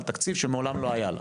על תקציב שמעולם לא היה לה,